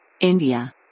India